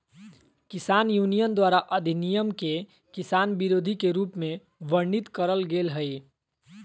किसान यूनियन द्वारा अधिनियम के किसान विरोधी के रूप में वर्णित करल गेल हई